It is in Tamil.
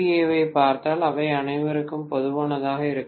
ஏவைப் பார்த்தால் அவை அனைவருக்கும் பொதுவானதாக இருக்கும்